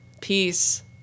Peace